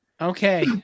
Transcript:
Okay